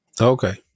okay